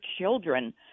children